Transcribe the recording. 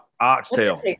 Oxtail